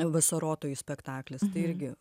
vasarotojų spektaklis tai irgi